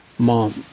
mom